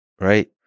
right